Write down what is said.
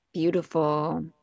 beautiful